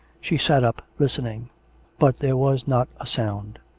she sat up listening but there was not a sound.